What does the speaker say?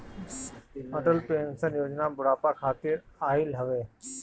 Atal pension Yojana बुढ़ापा खातिर आईल हवे